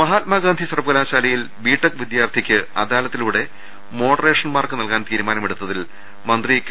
മഹാത്മാഗാന്ധി സർവകലാശാലയിൽ ബിടെക് വിദ്യാർത്ഥിക്ക് അദാലത്തിലൂടെ മോഡറേഷൻ മാർക്ക് നൽകാൻ തീരുമാനമെടുത്തിൽ മന്ത്രി കെ